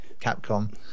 Capcom